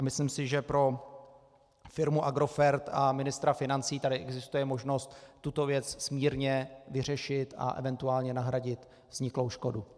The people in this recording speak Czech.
Myslím si, že pro firmu Agrofert a ministra financí tady existuje možnost tuto věc smírně vyřešit a eventuálně nahradit vzniklou škodu.